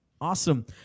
Awesome